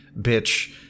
bitch